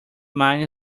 mine